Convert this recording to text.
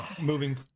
moving